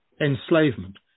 enslavement